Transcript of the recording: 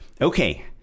okay